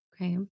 Okay